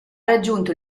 raggiunto